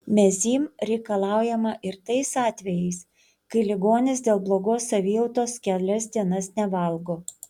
mezym reikalaujama ir tais atvejais kai ligonis dėl blogos savijautos kelias dienas nevalgo